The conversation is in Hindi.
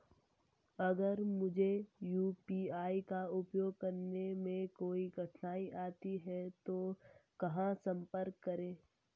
अगर मुझे यू.पी.आई का उपयोग करने में कोई कठिनाई आती है तो कहां संपर्क करें?